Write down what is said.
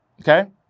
okay